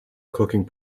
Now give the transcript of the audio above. cooking